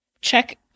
check